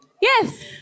yes